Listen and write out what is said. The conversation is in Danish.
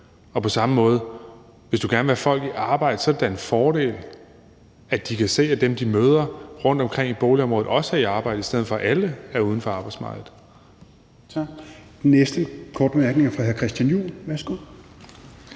Og på samme måde gælder det, at hvis du gerne vil have folk i arbejde, så er det da en fordel, at de kan se, at dem, de møder rundtomkring i boligområdet, også er i arbejde, i stedet for at alle er uden for arbejdsmarkedet.